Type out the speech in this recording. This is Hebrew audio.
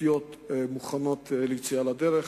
התשתיות מוכנות ליציאה לדרך,